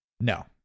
No